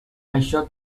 això